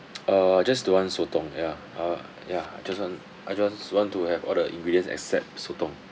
uh just don't want sotong ya uh ya I just want I just want want to have all the ingredients except sotong